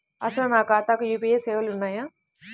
అసలు నా ఖాతాకు యూ.పీ.ఐ సేవలు ఉన్నాయా?